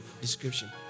description